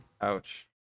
ouch